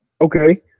Okay